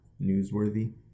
newsworthy